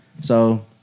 So-